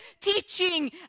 teaching